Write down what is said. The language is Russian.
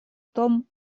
том